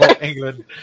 England